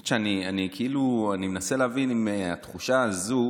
האמת היא שאני מנסה להבין אם התחושה הזאת